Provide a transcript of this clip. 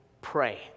pray